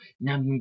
now